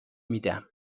میدم